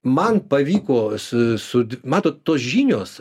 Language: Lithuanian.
man pavyko su su matot tos žinios